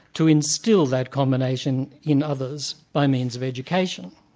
to instil that combination in others by means of education'.